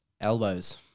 Elbows